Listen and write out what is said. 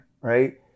right